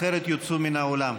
אחרת יוצאו מהאולם.